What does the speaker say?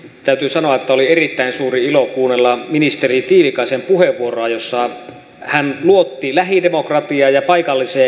täytyy sanoa että oli erittäin suuri ilo kuunnella ministeri tiilikaisen puheenvuoroa jossa hän luotti lähidemokratiaan ja paikalliseen päätöksentekoon